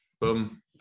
boom